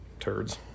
turds